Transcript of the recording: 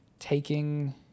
taking